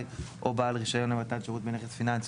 או בעל רישיון למתן שירות בנכס פיננסי,